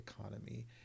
economy